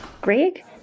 Greg